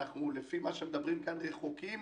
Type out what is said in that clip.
לפי מה שאומרים כאן, אנחנו רחוקים